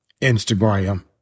Instagram